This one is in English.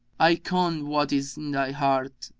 i con what is in thy heart,